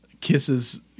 kisses